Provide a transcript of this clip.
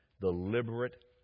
deliberate